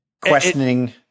questioning